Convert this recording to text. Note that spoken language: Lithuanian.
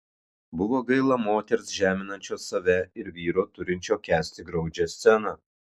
buvo gaila moters žeminančios save ir vyro turinčio kęsti graudžią sceną